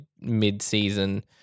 mid-season